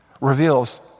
reveals